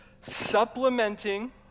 supplementing